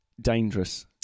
Dangerous